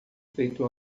feito